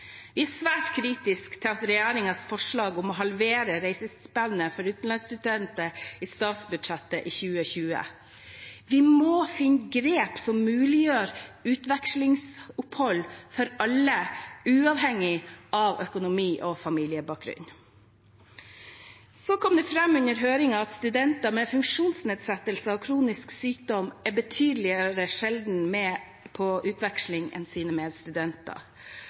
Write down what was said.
Vi er svært kritiske til regjeringens forslag om å halvere reisestipendet for utenlandsstudenter i statsbudsjettet for 2021. Vi må finne grep som muliggjør utvekslingsopphold for alle, uavhengig av økonomi og familiebakgrunn. Så kom det fram under høringen at studenter med funksjonsnedsettelser og kronisk sykdom betydelig sjeldnere er med på utveksling enn sine medstudenter. Dette henger sammen med